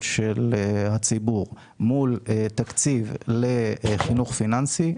של הציבור מול תקציב לחינוך פיננסי,